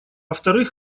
вторых